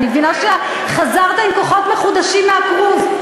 אני מבינה שחזרת עם כוחות מחודשים מהקרוז.